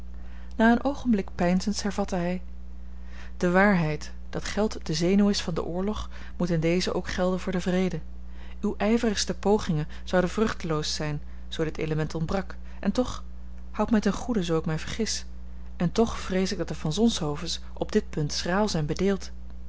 na een oogenblik peinzens hervatte hij de waarheid dat geld de zenuw is van den oorlog moet in dezen ook gelden voor den vrede uwe ijverigste pogingen zouden vruchteloos zijn zoo dit element ontbrak en toch houd mij ten goede zoo ik mij vergis en toch vrees ik dat de van zonshovens op dit punt schraal zijn bedeeld